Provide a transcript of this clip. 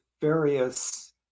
various